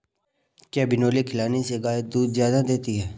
क्या बिनोले खिलाने से गाय दूध ज्यादा देती है?